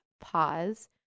pause